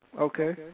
Okay